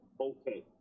okay